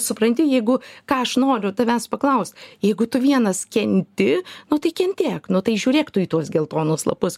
supranti jeigu ką aš noriu tavęs paklaust jeigu tu vienas kenti nu tai kentėk nu tai žiūrėk tu į tuos geltonus lapus